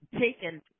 taken